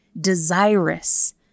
desirous